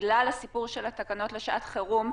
בגלל הסיפור של התקנות לשעת חירום,